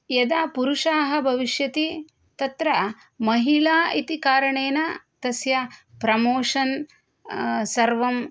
यदा पुरुषाः भविष्यति तत्र महिला इति कारणेन तस्याः प्रमोषन् सर्वं